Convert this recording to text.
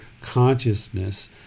consciousness